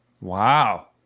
Wow